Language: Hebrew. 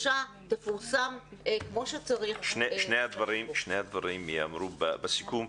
שני הדברים ייאמרו בסיכום.